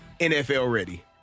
NFL-ready